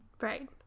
Right